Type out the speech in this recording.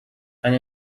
and